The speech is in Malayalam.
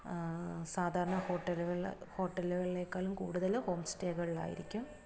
സാധാരണ ഹോട്ടലുകൾ ഹോട്ടലുകളേക്കാളും കൂടുതൽ ഹോം സ്റ്റേകളിലായിരിക്കും